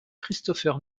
christopher